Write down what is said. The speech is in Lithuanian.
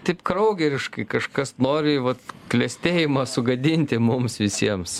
taip kraugeriškai kažkas nori vat klestėjimą sugadinti mums visiems